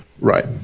right